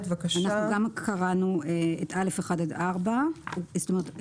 הקראנו את (א)1( עד (4).